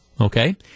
okay